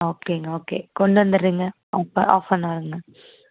ஓகேங்க ஓகே கொண்டு வந்துடுறேங்க ஹாஃப் அன் அவர்ங்க